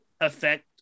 affect